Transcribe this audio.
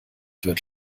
wird